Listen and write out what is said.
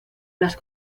las